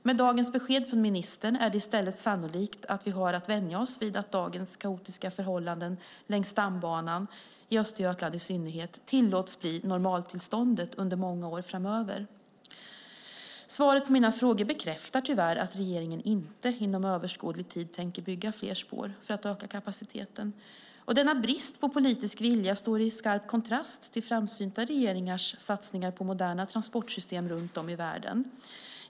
Men dagens besked från ministern är i stället sannolikt att vi har att vänja oss vid att dagens kaotiska förhållanden längs stambanan, i Östergötland i synnerhet, tillåts bli normaltillståndet under många år framöver. Svaret på mina frågor bekräftar tyvärr att regeringen inte inom överskådlig tid tänker bygga fler spår för att öka kapaciteten. Denna brist på politisk vilja står i skarp kontrast till framsynta regeringars satsningar på moderna transportsystem runt om i världen.